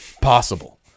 possible